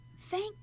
Thank